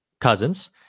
Cousins